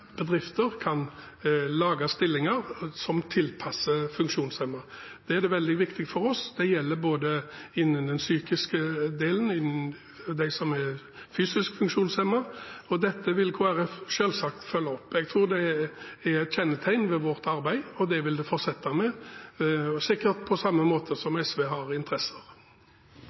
bedrifter kan lage stillinger som tilpasses funksjonshemmede. Det er veldig viktig for oss. Det gjelder både den psykiske delen og dem som er fysisk funksjonshemmet, og dette vil Kristelig Folkeparti selvsagt følge opp. Jeg tror det er et kjennetegn ved vårt arbeid, og det vil vi fortsette med, sikkert på samme måte som SV har interesse av.